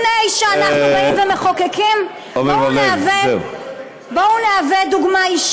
לפני שאנחנו באים ומחוקקים בואו נהווה,